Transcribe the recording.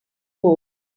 rule